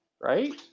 right